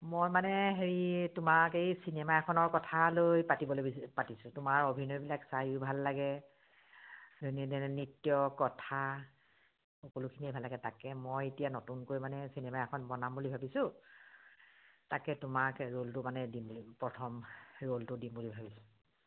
মই মানে হেৰি তোমাক এই চিনেমা এখনৰ কথালৈ পাতিবলৈ পাতিছোঁ তোমাৰ অভিনয়বিলাক চাইও ভাল লাগে ধুনীয়া ধুনীয়া নৃত্য কথা সকলোখিনিয়ে ভাল লাগে তাকে মই এতিয়া নতুনকৈ মানে চিনেমা এখন বনাম বুলি ভাবিছোঁ তাকে তোমাকে ৰোলটো মানে দিম বুলি প্ৰথম ৰোলটো দিম বুলি ভাবিছোঁ